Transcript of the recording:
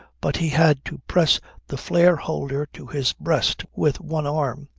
but he had to press the flare-holder to his breast with one arm,